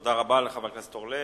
תודה רבה לחבר הכנסת אורלב.